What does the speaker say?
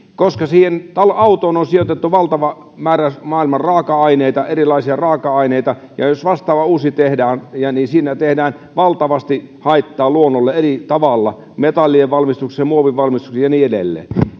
koska siihen autoon on sijoitettu valtava määrä maailman raaka aineita erilaisia raaka aineita ja jos vastaava uusi tehdään niin siinä tehdään valtavasti haittaa luonnolle eri tavalla metallien valmistuksessa muovin valmistuksessa ja niin edelleen